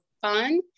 fun